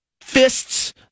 fists